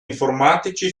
informatici